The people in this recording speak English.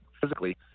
physically